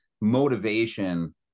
Motivation